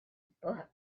books